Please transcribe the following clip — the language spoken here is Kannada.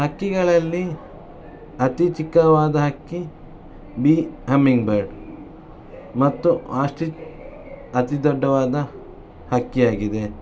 ಹಕ್ಕಿಗಳಲ್ಲಿ ಅತಿ ಚಿಕ್ಕದಾದ ಹಕ್ಕಿ ಬೀ ಹಮ್ಮಿಂಗ್ ಬರ್ಡ್ ಮತ್ತು ಆಸ್ಟ್ರಿಚ್ ಅತಿ ದೊಡ್ಡದಾದ ಹಕ್ಕಿ ಆಗಿದೆ